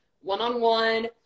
one-on-one